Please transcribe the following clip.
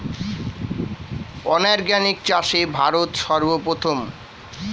organic চাষে ভারত সর্বপ্রথম